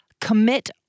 Commit